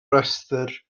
rhestr